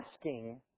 asking